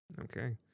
Okay